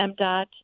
MDOT